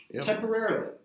temporarily